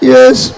Yes